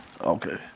Okay